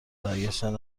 برگشتن